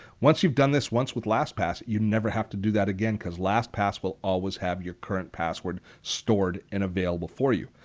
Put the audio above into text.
once you've done once with lastpass, you'll never have to do that again because lastpass will always have your current password stored and available for you.